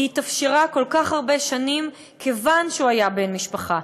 היא התאפשרה כל כך הרבה שנים כיוון שהוא היה בן משפחה,